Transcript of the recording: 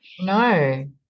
No